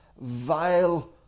vile